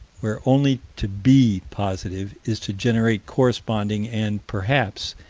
where only to be positive is to generate corresponding and, perhaps,